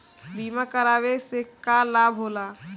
बीमा करावे से का लाभ होला?